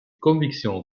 convictions